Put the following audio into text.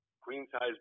queen-size